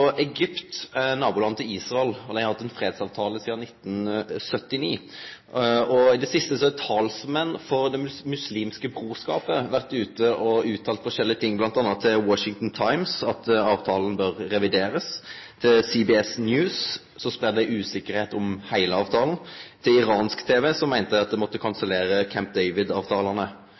har hatt ein fredsavtale sidan 1979. I det siste har talsmenn for Det muslimske brorskapet vore ute og uttalt forskjellige ting, bl.a. til Washington Times, at avtalen bør reviderast. Overfor CBS News spreier dei usikkerheit om heile avtalen og til iransk TV sa dei at dei måtte